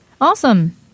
Awesome